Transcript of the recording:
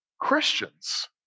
Christians